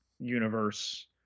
universe